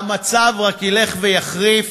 והמצב רק ילך ויחריף.